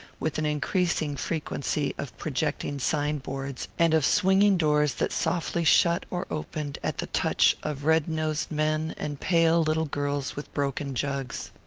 with an increasing frequency of projecting sign-boards, and of swinging doors that softly shut or opened at the touch of red-nosed men and pale little girls with broken jugs.